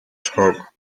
talk